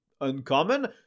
uncommon